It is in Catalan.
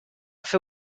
fer